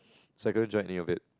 so I couldn't join any of that